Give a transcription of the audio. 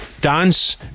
dance